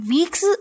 Weeks